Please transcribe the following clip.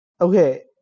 Okay